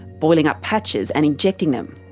boiling up patches and injecting them.